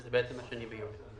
שזה בעצם ה-2 ביולי.